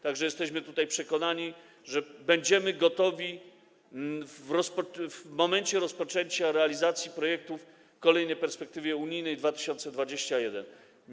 Tak więc jesteśmy przekonani, że będziemy gotowi w momencie rozpoczęcia realizacji projektów w kolejnej perspektywie unijnej w 2021 r.